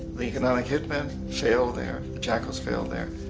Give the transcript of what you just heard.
the economic hit men failed there. the jackals failed there.